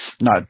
no